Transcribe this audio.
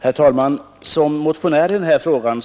Herr talman! Som motionär i den här frågan